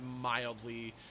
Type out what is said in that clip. mildly